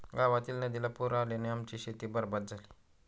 गावातील नदीला पूर आल्याने आमची शेती बरबाद झाली